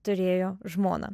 turėjo žmoną